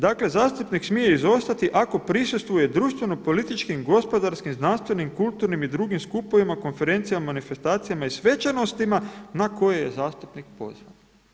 Dakle zastupnik smije izostati ako prisustvuje društveno političkim, gospodarskim, znanstvenim, kulturnim i drugim skupovima, konferencijama, manifestacijama i svečanostima na koje je zastupnik pozvan.